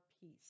peace